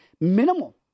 Minimal